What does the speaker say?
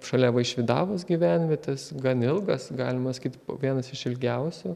šalia vaišvydavos gyvenvietės gan ilgas galima sakyt vienas iš ilgiausių